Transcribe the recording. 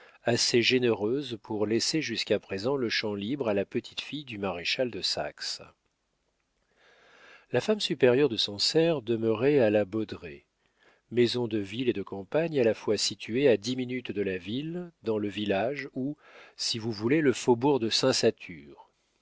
assez généreuses pour laisser jusqu'à présent le champ libre à la petite-fille du maréchal de saxe la femme supérieure de sancerre demeurait à la baudraye maison de ville et de campagne à la fois située à dix minutes de la ville dans le village ou si vous voulez le faubourg de